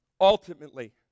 Ultimately